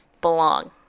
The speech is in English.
belong